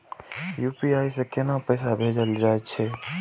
UPI से केना पैसा भेजल जा छे?